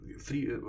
three